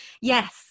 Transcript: Yes